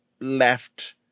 left